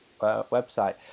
website